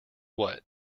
what